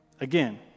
Again